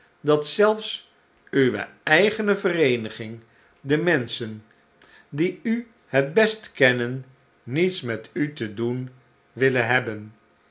dat zelfs uwe eigene vereeniging de menschen die u het best kennen niets met u te doen willen hebben